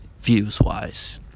views-wise